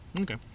Okay